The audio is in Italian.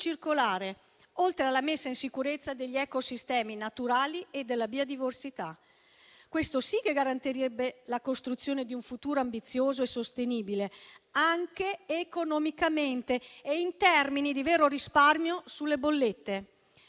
circolare, oltre alla messa in sicurezza degli ecosistemi naturali e della biodiversità. Questo sì che garantirebbe la costruzione di un futuro ambizioso e sostenibile, anche economicamente e in termini di vero risparmio sulle bollette.